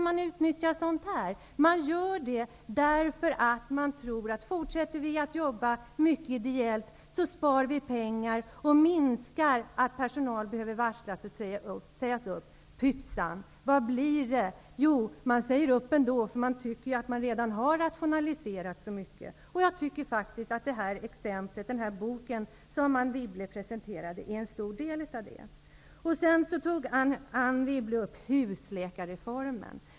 Man gör det därför att man tror att man sparar pengar och minskar risken för att personal behöver varslas och sägas upp om man fortsätter att jobba ideellt. Pyttsan! Effekten blir att personal ändå sägs upp, därför att arbetsgivaren tycker att det redan har rationaliserats så mycket. Jag tycker faktiskt att den bok som Anne Wibble presenterade har stor del i det. Anne Wibble tog upp frågan om husläkarreformen.